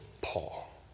Paul